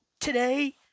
today